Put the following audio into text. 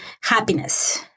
happiness